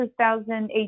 2018